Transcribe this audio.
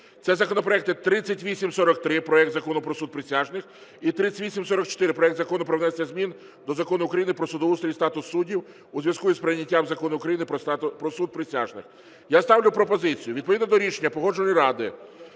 Це законопроекти 3843: проект Закону про суд присяжних, і 3844: проект Закону про внесення змін до Закону України "Про судоустрій і статус суддів" у зв’язку із прийняттям Закону України "Про суд присяжних". Я ставлю пропозицію відповідно до рішення Погоджувальної ради